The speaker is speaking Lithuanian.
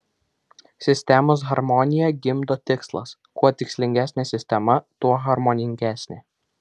sistemos harmoniją gimdo tikslas kuo tikslingesnė sistema tuo harmoningesnė